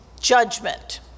judgment